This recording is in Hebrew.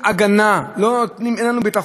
החובה שלנו היא לתת את זה,